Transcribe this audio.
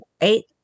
eight